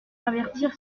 avertir